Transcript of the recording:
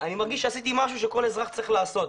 אני מרגיש שעשיתי משהו שכל אזרח צריך לעשות.